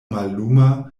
malluma